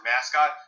mascot